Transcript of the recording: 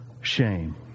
shame